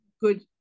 good